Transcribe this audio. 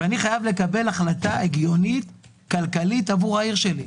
אני חייב לקבל החלטה כלכלית הגיונית עבור העיר שלי.